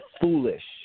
foolish